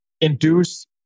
induce